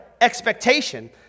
expectation